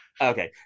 Okay